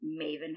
Maven